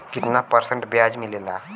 कितना परसेंट ब्याज मिलेला?